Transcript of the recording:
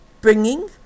bringing